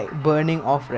physical training